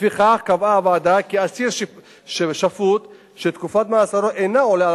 לפיכך קבעה הוועדה כי אסיר שפוט שתקופת מאסרו אינה עולה על